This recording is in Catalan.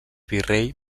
virrei